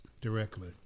directly